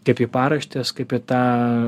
kaip į paraštes kaip į tą